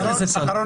אחרון